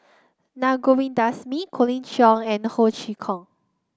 Na Govindasamy Colin Cheong and Ho Chee Kong